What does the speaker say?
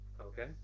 Okay